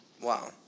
Wow